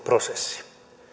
prosessi